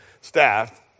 staff